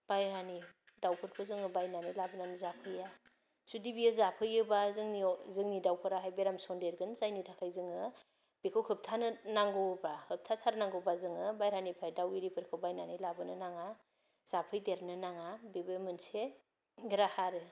बायह्रानि दावफोरखौ जोङो बायनानै लाबोनानै जाफैया जुदि बियो जाफैयोबा जोंनि जोंनि दावफोराहाय बेराम सनदेरगोन जायनि थाखाय जोङो बिखौ होबथानोनांगौबा होबथाथारनांगौबा जोङो बायह्रानिफ्राय दाव इरि फोरखौ बायनानै लाबोनो नाङा जाफैदेरनो नाङा बेबो मोनसे राहा आरो